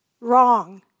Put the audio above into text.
Wrong